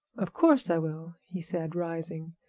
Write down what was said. of course i will, he said, rising.